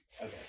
Okay